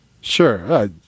Sure